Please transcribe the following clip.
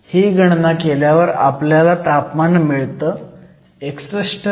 ही गणना केल्यावर आपल्याला तापमान मिळतं 61